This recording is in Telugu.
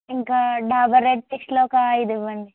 ఇంకా డాబర్ రెడ్ పేస్టులు ఒక ఐదు ఇవ్వండి